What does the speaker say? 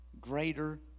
Greater